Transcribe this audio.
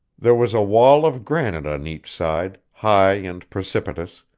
there was a wall of granite on each side, high and precipitous,